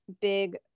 big